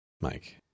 Mike